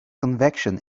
convection